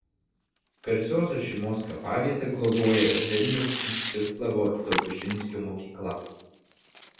garsiosios šeimos kapavietę globoja vilniaus mstislavo dobužinskio mokykla